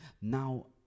now